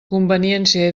conveniència